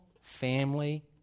Family